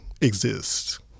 exist